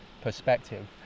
perspective